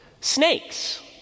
Snakes